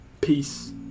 Peace